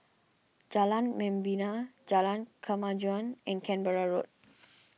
Jalan Membina Jalan Kemajuan and Canberra Road